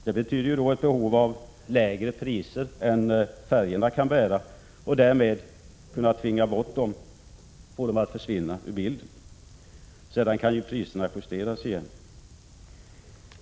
Det betyder ett behov av lägre priser än färjorna kan bära — och därmed måste man tvinga bort dem, få dem att försvinna ur bilden. Sedan kan priserna justeras igen.